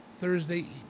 Thursday